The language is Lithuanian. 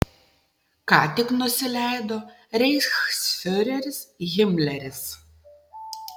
ką tik nusileido reichsfiureris himleris